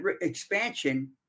expansion